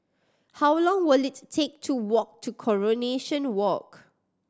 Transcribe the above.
how long will it take to walk to Coronation Walk